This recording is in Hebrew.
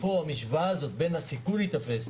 במשוואה הזו שבין הסיכוי להיתפס,